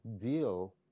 deal